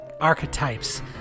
archetypes